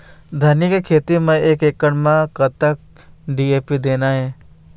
धनिया के खेती म एक एकड़ म कतक डी.ए.पी देना ये?